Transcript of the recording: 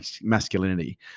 masculinity